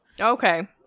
Okay